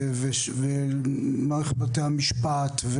ומערכת בתי המשפט,